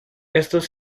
estos